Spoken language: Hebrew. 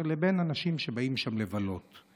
לבין אנשים שבאים לבלות שם.